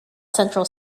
central